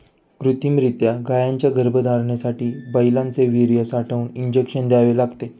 कृत्रिमरीत्या गायींच्या गर्भधारणेसाठी बैलांचे वीर्य साठवून इंजेक्शन द्यावे लागते